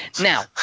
Now